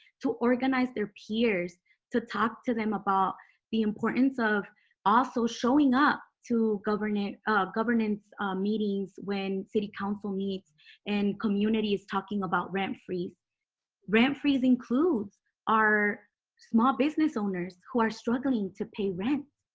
to organize their peers to talk to them about the importance of also showing up to govern governance meetings when city council meets and communities talking about rent freeze rent freeze includes our small business owners who are struggling to pay rent